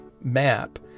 map